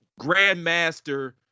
Grandmaster